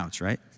right